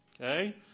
Okay